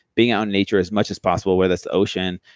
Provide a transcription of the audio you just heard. being out in nature as much as possible, whether it's the ocean,